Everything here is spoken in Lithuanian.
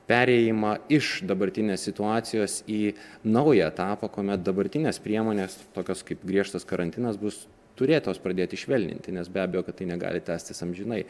perėjimą iš dabartinės situacijos į naują etapą kuomet dabartinės priemonės tokios kaip griežtas karantinas bus turėtos pradėti švelninti nes be abejo kad tai negali tęstis amžinai